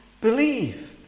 believe